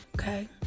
okay